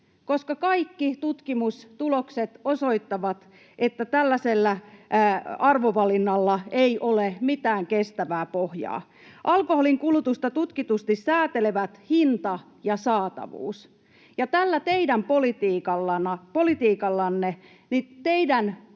koska kaikki tutkimustulokset osoittavat, että tällaisella arvovalinnalla ei ole mitään kestävää pohjaa. Alkoholinkulutusta tutkitusti säätelevät hinta ja saatavuus, ja tällä teidän politiikallanne teidän arvovalintanne